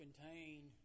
contain